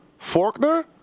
Forkner